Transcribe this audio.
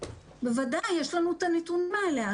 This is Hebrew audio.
בוודאי, יש לנו את הנתונים האלה.